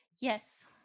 Yes